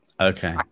okay